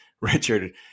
Richard